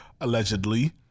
allegedly